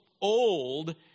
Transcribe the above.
old